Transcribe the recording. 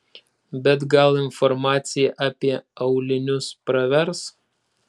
bet gal informacija apie aulinius pravers